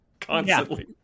constantly